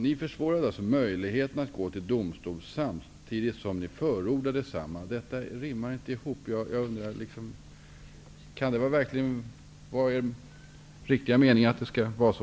Ni försvårar möjligheten att gå till domstol samtidigt som ni förordar detsamma. Det går inte ihop. Är det verkligen er mening att det skall vara så?